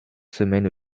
semaine